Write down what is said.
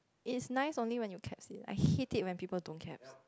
it's nice only when you caps it I hate it when people don't caps